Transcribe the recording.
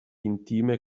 intime